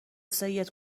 سید